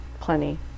plenty